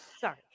Sorry